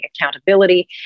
accountability